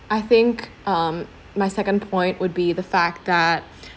I think um my second point would be the fact that